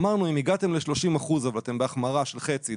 אמרנו שאם הגעתם ל-30 אחוזים ואתם בהחמרה של חצי,